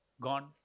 gone